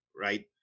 right